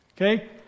Okay